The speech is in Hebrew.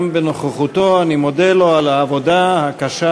גם בנוכחותו אני מודה לו על העבודה הקשה